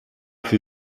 für